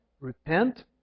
repent